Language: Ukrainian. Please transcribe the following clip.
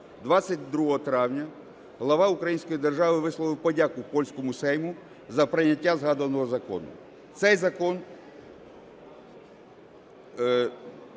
22 травня глава української держави висловив подяку польському Сейму за прийняття згаданого закону. Цей закон